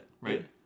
right